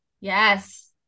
yes